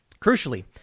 Crucially